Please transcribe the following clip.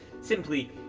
simply